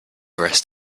rest